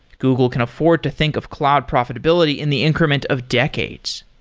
google can afford to think of cloud profitability in the increment of decades.